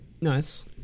nice